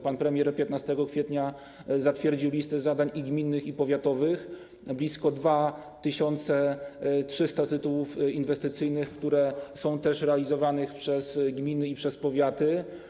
Pan premier 15 kwietnia zatwierdził listę zadań i gminnych, i powiatowych, blisko 2300 tytułów inwestycyjnych, które są też realizowane przez gminy i przez powiaty.